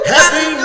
Happy